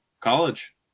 college